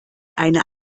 eine